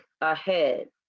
ahead